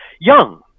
young